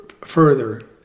further